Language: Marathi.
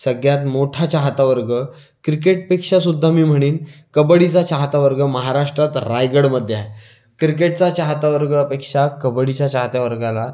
सगळ्यात मोठा चाहता वर्ग क्रिकेटपेक्षासुध्दा मी म्हणेन कबड्डीचा चाहता वर्ग महाराष्ट्रात रायगडमध्ये आहे क्रिकेटचा चाहता वर्गापेक्षा कबड्डीच्या चाहत्या वर्गाला